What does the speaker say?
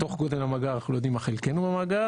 בתוך גודל המאגר אנחנו לא יודעים מה חלקנו במאגר,